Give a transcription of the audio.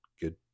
good